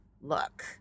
look